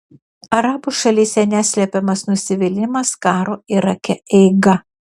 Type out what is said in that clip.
arabų šalyse neslepiamas nusivylimas karo irake eiga